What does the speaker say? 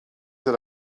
that